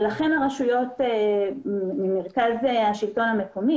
ולכן הרשויות ממרכז השלטון המקומי,